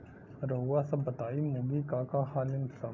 रउआ सभ बताई मुर्गी का का खालीन सब?